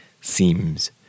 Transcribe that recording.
seems